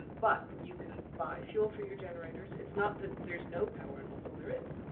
but you can buy fuel for your generators. it's not that there's no power in mosul. there is.